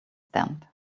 stand